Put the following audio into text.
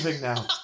now